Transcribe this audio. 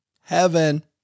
Heaven